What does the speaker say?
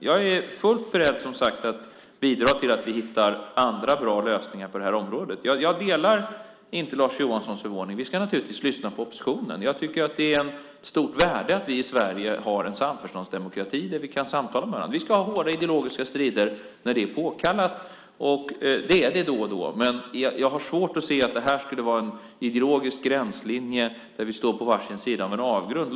Jag är som sagt fullt beredd att bidra till att vi hittar andra bra lösningar på det här området. Jag delar inte Lars Johanssons förvåning. Vi ska naturligtvis lyssna på oppositionen. Jag tycker att det är ett stort värde i att vi i Sverige har en samförståndsdemokrati där vi kan samtala med varandra. Vi ska ha hårda ideologiska strider när det är påkallat, och det är det då och då. Men jag har svårt att se att det här skulle vara en ideologisk gränslinje där vi står på varsin sida av en avgrund.